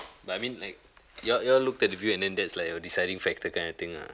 like I mean like y'all y'all looked at the view and then that's like your deciding factor kind of thing ah